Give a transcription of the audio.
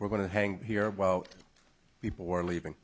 we're going to hang here while people were leaving